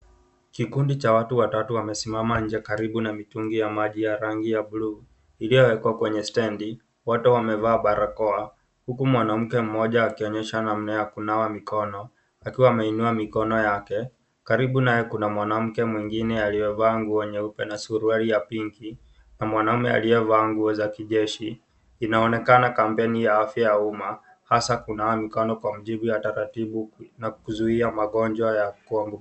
Kikundi cha watu watatu wamesimama nje karibu na mitungi ya maji ya rangi ya bluu iliyowekwa kwenye stendi. Wote wamevaa barakoa huku mwanamke mmoja akionyesha namna ya kunawa mikono, akiwa ameinua mikono yake. Karibu naye kuna mwanamke mwengine aliyevaa nguo nyeupe na suruali ya pinki na mwanaume aliyevaa nguo za kijeshi. Inaonekana kampeni ya afya ya umma hasa kunawa mikono kwa muujibu ya taratibu na kuzuia magonjwa ya.